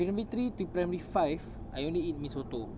primary three to primary five I only ate mi soto